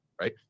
right